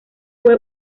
fue